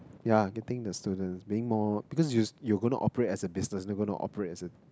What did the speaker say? yeah getting the students being more because you you gonna operate as a business you gonna operate as a